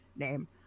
name